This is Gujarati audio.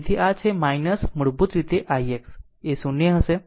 તેથી આ છે મૂળભૂત રીતે ix ' એ 0 હશે